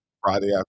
Friday